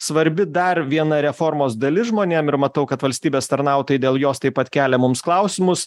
svarbi dar viena reformos dalis žmonėm ir matau kad valstybės tarnautojai dėl jos taip pat kelia mums klausimus